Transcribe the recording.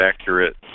accurate